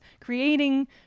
creating